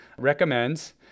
recommends